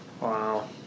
Wow